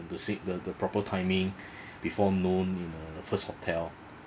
to seek the the proper timing before noon in uh first hotel